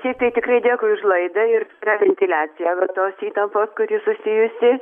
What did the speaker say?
šiaip tai tikrai dėkui už laidą ir ventiliacija va tos įtampos kuri susijusi